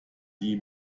die